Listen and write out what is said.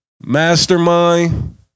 Mastermind